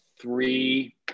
three